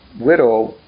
widow